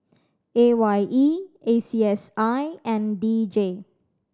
A Y E A C S I and D J